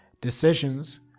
Decisions